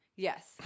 Yes